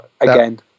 again